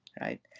right